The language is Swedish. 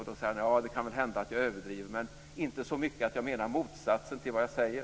Då sade han: Det kan väl hända att jag överdriver, men inte så mycket att jag menar motsatsen till vad jag säger.